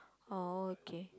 oh okay